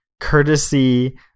courtesy